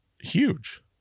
huge